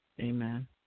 Amen